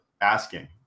asking